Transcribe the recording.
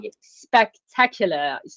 spectacular